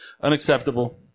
Unacceptable